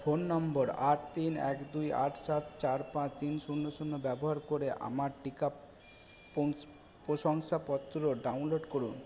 phone নম্বর আট তিন এক দুই আট সাত চার পাঁচ তিন শূন্য শূন্য ব্যবহার করে আমার টিকা পংস্ প্রশংসাপত্র ডাউনলোড করুন